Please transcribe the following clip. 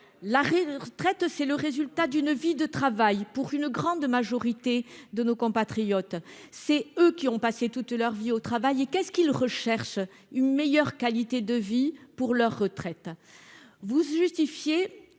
de retraite, c'est le résultat d'une vie de travail pour une grande majorité de nos compatriotes, c'est eux qui ont passé toute leur vie au travail et qu'est-ce qu'ils recherchent une meilleure qualité de vie pour leur retraite. Vous justifiez